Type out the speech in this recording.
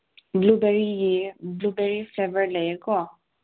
blue ꯕꯦꯔꯤꯒꯤ blueberry flavour ꯂꯩꯌꯦꯀꯣ